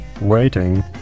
Waiting